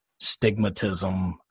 stigmatism